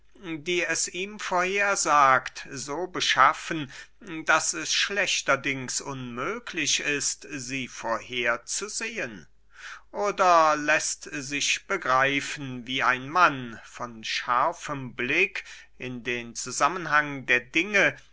die es ihm vorhersagt so beschaffen daß es schlechterdings unmöglich ist sie vorher zu sehen oder läßt sich begreifen wie ein mann von scharfem blick in den zusammenhang der dinge